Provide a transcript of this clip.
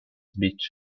beach